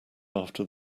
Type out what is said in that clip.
after